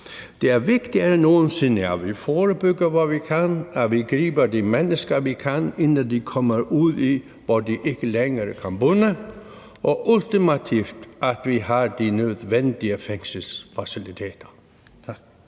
Det er vigtigere end nogen sinde, at vi forebygger, hvor vi kan, at vi griber de mennesker, vi kan, inden de kommer ud, hvor de ikke længere kan bunde, og ultimativt vigtigt, at vi har de nødvendige fængselsfaciliteter.